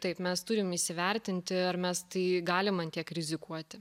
taip mes turim įsivertinti ar mes tai galim an tiek rizikuoti